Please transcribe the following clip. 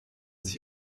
sich